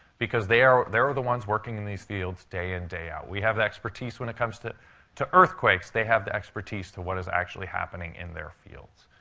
because they are they're the ones working in these fields day in, day out. we have the expertise when it comes to to earthquakes. they have the expertise to what is actually happening in their fields.